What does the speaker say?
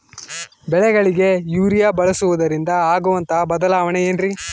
ಬೆಳೆಗಳಿಗೆ ಯೂರಿಯಾ ಬಳಸುವುದರಿಂದ ಆಗುವಂತಹ ಬದಲಾವಣೆ ಏನ್ರಿ?